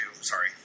sorry